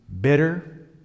bitter